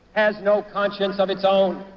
has no conscience of its own.